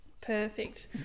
Perfect